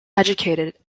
educated